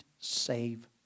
save